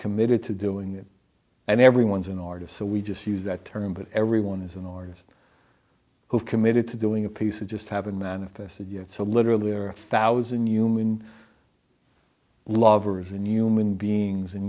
committed to doing that and everyone's an artist so we just use that term but everyone is an artist who's committed to doing a piece of just haven't manifested yet so literally are thousand human lovers and human beings